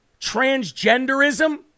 transgenderism